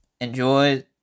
enjoy